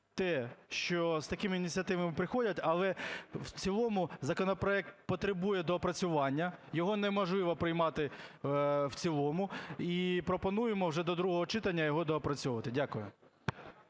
те, що з такими ініціативами приходять. Але в цілому законопроект потребує доопрацювання, його неможливо приймати в цілому, і пропонуємо вже до другого читання його доопрацьовувати. Дякую.